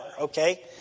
okay